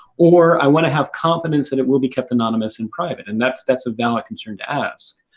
or, i want to have confidence that it will be kept anonymous in private, and that's that's a valid concern to ask.